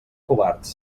covards